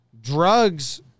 Drugs